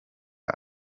aka